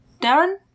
Darren